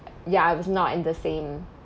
ya I was not in the same